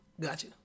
Gotcha